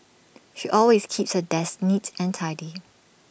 she always keeps her desk neat and tidy